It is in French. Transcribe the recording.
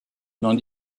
dans